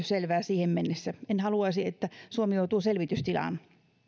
selvää siihen mennessä en haluaisi että suomi joutuu selvitystilaan